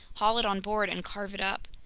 haul it on board, and carve it up.